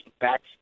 back